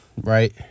Right